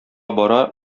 бара